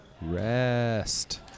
Rest